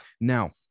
now